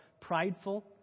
prideful